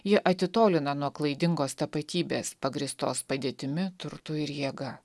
ji atitolina nuo klaidingos tapatybės pagrįstos padėtimi turtu ir jėga